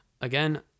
again